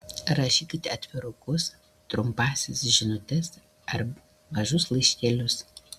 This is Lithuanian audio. rašykite atvirukus trumpąsias žinutes ar mažus laiškelius